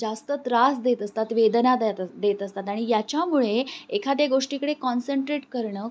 जास्त त्रास देत असतात वेदना द्यात देत असतात आणि याच्यामुळे एखाद्या गोष्टीकडे कॉन्सन्ट्रेट करणं